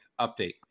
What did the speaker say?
update